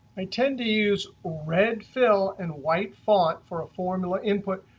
i tend to use red fill and white font for a formula input,